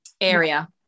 area